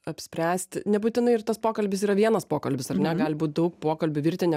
apspręsti nebūtinai ir tas pokalbis yra vienas pokalbis ar ne gali būt daug pokalbių virtinė